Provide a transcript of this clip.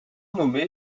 nommée